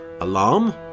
alarm